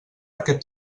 aquest